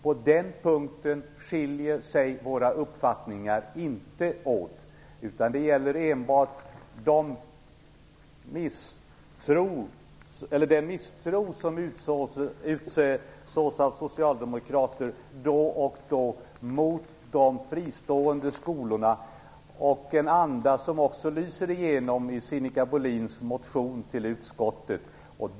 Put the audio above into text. På den punkten skiljer sig våra uppfattningar inte åt. Vad vi vänder oss emot är den misstro som då och då utsås av socialdemokrater mot de fristående skolorna, en anda som också lyser igenom i den motion av Sinikka Bohlin som utskottet har behandlat.